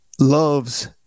Loves